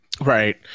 Right